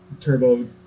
turbo